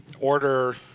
order